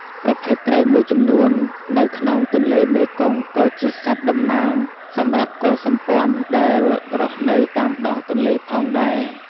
ប្រភេទត្រីមួយចំនួននៅក្នុងទន្លេមេគង្គ ក៏ជាសត្វតំណាងសម្រាប់កុលសម្ព័ន្ធដែលរស់នៅតាមដងទន្លេផងដែរ។